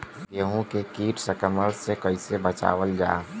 गेहूँ के कीट संक्रमण से कइसे बचावल जा?